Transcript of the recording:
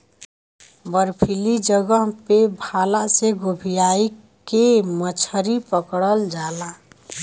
बर्फीली जगह पे भाला से गोभीयाई के मछरी पकड़ल जाला